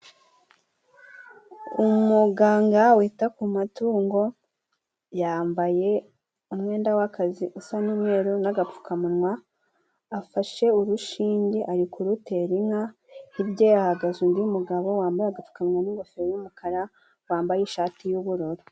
Umuganga wita ku matungo, yambaye umwenda w'akazi usa n'umweru n'agapfukamunwa. Afashe urushinge ari kurutera inka. Hirya ye hahagaze undi mugabo wambaye agapfukamunwa n'ingofero y'umukara yambaye ishati y'ubururu.